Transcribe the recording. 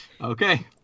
Okay